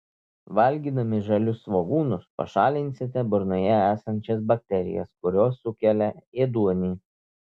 valgydami žalius svogūnus pašalinsite burnoje esančias bakterijas kurios sukelia ėduonį